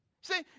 See